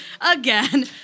again